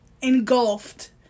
engulfed